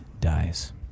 dies